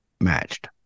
matched